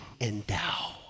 endow